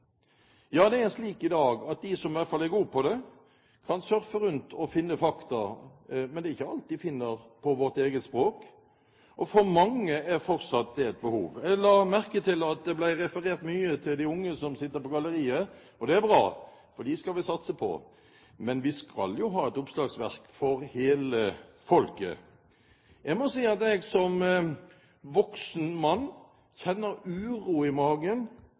Det er slik i dag at i hvert fall de som er gode på det, kan surfe rundt og finne fakta, men det er ikke alt de finner på vårt eget språk. Og for mange er fortsatt det et behov. Jeg la merke til at det ble referert mye til de unge som sitter på galleriet. Det er bra, for disse skal vi satse på, men vi skal jo ha et oppslagsverk for hele folket. Jeg må si at jeg som voksen mann kjenner uro i magen